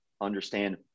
understand